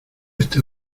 este